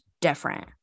different